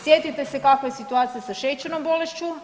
Sjetite se kakva je situacija sa šećernom bolešću.